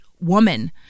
woman